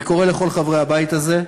אני קורא לכל חברי הבית הזה,